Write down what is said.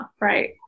Right